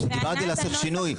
כשדיברתי לעשות שינוי,